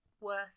worth